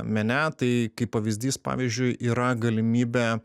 mene tai kaip pavyzdys pavyzdžiui yra galimybė